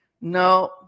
No